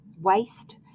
waste